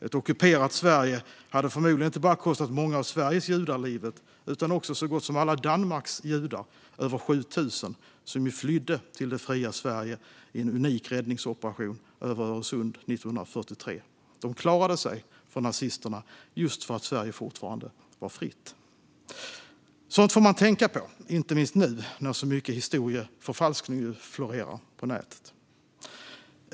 Ett ockuperat Sverige hade förmodligen inte bara kostat många av Sveriges judar livet utan också så gott som alla Danmarks judar. Det var över 7 000 som flydde till det fria Sverige i en unik räddningsoperation över Öresund 1943. De klarade sig från nazisterna just för att Sverige fortfarande var fritt. Sådant får man tänka på, inte minst nu, när så mycket historieförfalskning florerar på nätet.